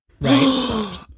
right